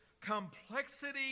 complexity